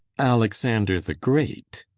alexander the great